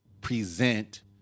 present